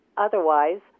Otherwise